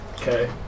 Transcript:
Okay